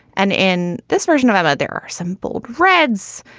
and in this version of other simple reds,